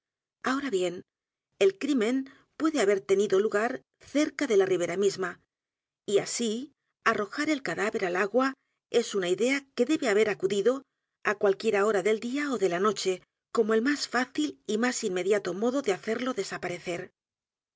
ahora bien el crimen puede haber tenido l u g a r cerca de la ribera m i s m a y así arrojar el cadáver al agua es una idea que debe haber acudido á cualquier h o r a del día ó de la noche como el más fácil y más inmediato modo de hacerlo desaparecer